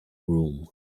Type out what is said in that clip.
room